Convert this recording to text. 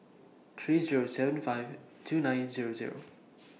three Zero seven five two nine Zero Zero